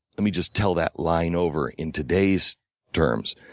let me just tell that line over in today's terms.